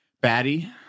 Batty